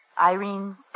Irene